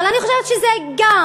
אבל אני חושבת שזה גם,